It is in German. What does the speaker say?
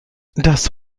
das